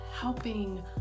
helping